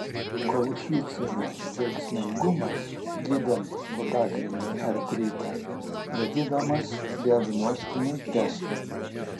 kolchicino veiksmingumas gydant podagrinį artritą vadinamas diagnostiniu testu